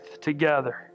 together